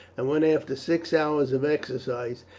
and when, after six hours of exercise,